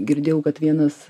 girdėjau kad vienas